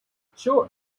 sure